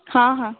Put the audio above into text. हाँ हाँ